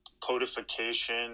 codification